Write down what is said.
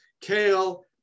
kale